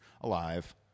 alive